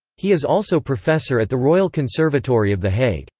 he is also professor at the royal conservatory of the hague.